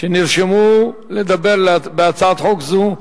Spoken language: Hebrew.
שנרשמו לדבר בהצעת חוק זו: